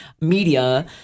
media